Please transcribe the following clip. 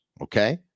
okay